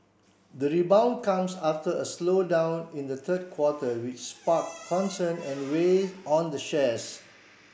the rebound comes after a slowdown in the third quarter which spark concern and weigh on the shares